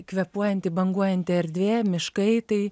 kvėpuojanti banguojanti erdvė miškai tai